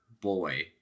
boy